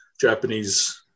Japanese